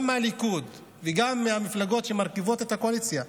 גם מהליכוד וגם מהמפלגות שמרכיבות את הקואליציה: